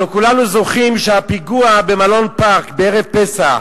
הלוא כולנו זוכרים את הפיגוע במלון "פארק" בערב פסח,